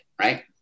right